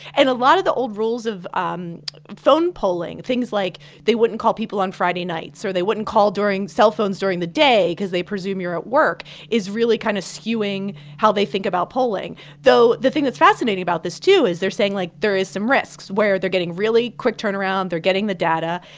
and a lot of the old rules of um phone polling, things like they wouldn't call people on friday nights or they wouldn't call during cell phones during the day because they presume you're at work is really kind of skewing how they think about polling though the thing that's fascinating about this, too, is they're saying, like, there is some risks where they're getting really quick turnaround. they're getting the data.